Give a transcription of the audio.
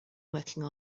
working